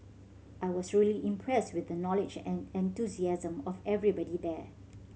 I was really impressed with the knowledge and enthusiasm of everybody there